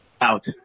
Out